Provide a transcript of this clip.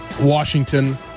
Washington